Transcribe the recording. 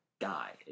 guy